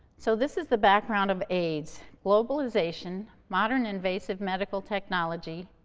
so, this is the background of aids globalization, modern invasive medical technology,